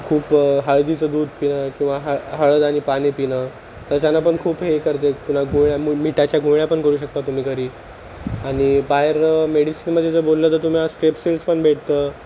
खूप हळदीचं दूध पिणं किंवा हळ हळद आणि पाणी पिणं त्याच्यानं पण खूप हे करते पुन्हा गुळण्या मिठाच्या गुळण्या पण करू शकता तुम्ही घरी आणि बाहेर मेडिसिनमध्ये जर बोललं तर तुम्हाला स्ट्रेप्सिल्स पण भेटतं